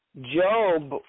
Job